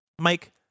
Mike